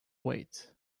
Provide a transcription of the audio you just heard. wait